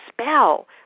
spell